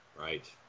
Right